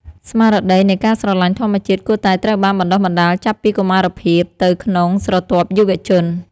ស្មារតីនៃការស្រឡាញ់ធម្មជាតិគួរតែត្រូវបានបណ្តុះបណ្តាលចាប់ពីកុមារភាពទៅក្នុងស្រទាប់យុវជន។